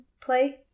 play